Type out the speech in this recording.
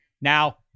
Now